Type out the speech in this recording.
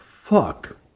fuck